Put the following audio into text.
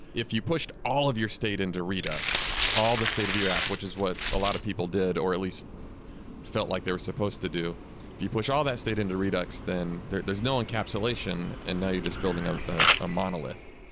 if you pushed all of your state into redux, all the state of your app, which is what a lot of people did, or at least felt like they were supposed to do. if you push all that state into redux, then there's there's no encapsulation and now you're just building ah ah a monolith.